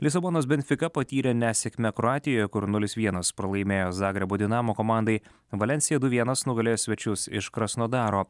lisabonos benfika patyrė nesėkmę kroatijoje kur nulis vienas pralaimėjo zagrebo dinamo komandai valensija du vienas nugalėjo svečius iš krasnodaro